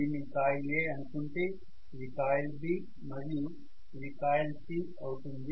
దీనిని coil A అనుకుంటే ఇది కాయిల్ B మరియు ఇది కాయిల్ C అవుతుంది